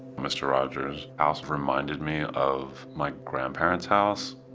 mr. rogers's house reminded me of my grandparents house.